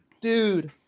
dude